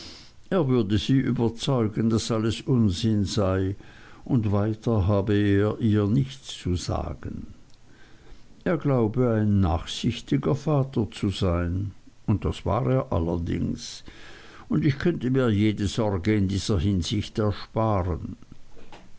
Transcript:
er würde sie überzeugen daß alles unsinn sei und weiter habe er ihr nichts zu sagen er glaube ein nachsichtiger vater zu sein und das war er allerdings und ich könnte mir jede sorge in dieser hinsicht ersparen